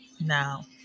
Now